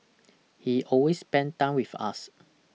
he always spent time with us